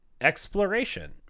exploration